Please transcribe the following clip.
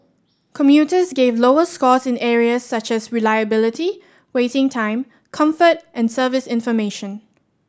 commuters gave lower scores in areas such as reliability waiting time comfort and service information